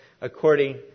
according